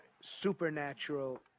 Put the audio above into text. supernatural